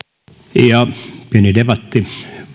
ja pieni debatti